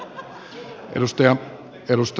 arvoisa puhemies